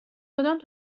کدام